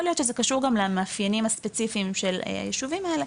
יכול להיות שזה קשור גם למאפיינים הספציפיים של היישובים האלה,